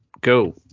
go